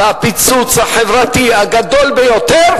והפיצוץ החברתי הגדול ביותר,